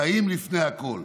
"חיים לפני הכול".